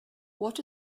what